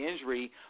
injury